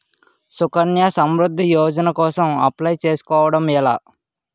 సుకన్య సమృద్ధి యోజన కోసం అప్లయ్ చేసుకోవడం ఎలా?